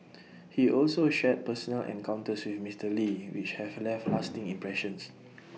he also shared personal encounters with Mister lee which have left lasting impressions